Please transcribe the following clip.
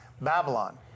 Babylon